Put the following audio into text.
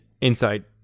inside